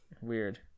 Weird